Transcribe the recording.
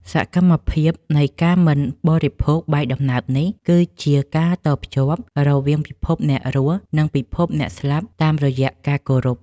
សកម្មភាពនៃការមិនបរិភោគបាយដំណើបនេះ គឺជាការតភ្ជាប់រវាងពិភពអ្នករស់ និងពិភពអ្នកស្លាប់តាមរយៈការគោរព។